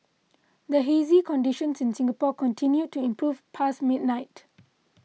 the hazy conditions in Singapore continued to improve past midnight